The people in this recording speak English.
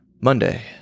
Monday